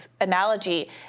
analogy